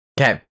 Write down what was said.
Okay